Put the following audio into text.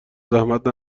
زحمت